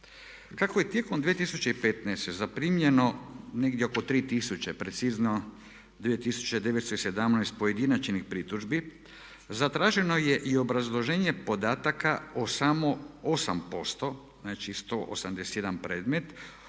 Kako je tijekom 2015. zaprimljeno negdje oko 3 tisuće, precizno 2917 pojedinačnih pritužbi, zatraženo je i obrazloženje podataka o samo 8%, znači 181 predmet